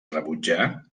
rebutjà